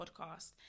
podcast